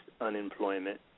unemployment